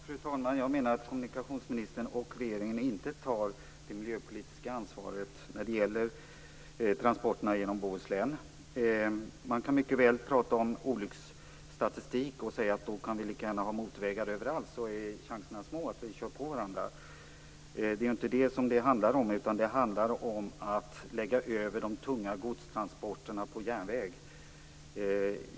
Fru talman! Jag menar att kommunikationsministern och regeringen inte tar det miljöpolitiska ansvaret när det gäller transporterna genom Bohuslän. Man kan mycket väl prata om olycksstatistik och säga att vi lika gärna kan ha motorvägar överallt, så att risken är liten att vi skall köra på varandra. Det är inte det som det här handlar om, utan det handlar om att lägga över de tunga godstransporterna på järnväg.